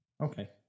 Okay